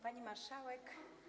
Pani Marszałek!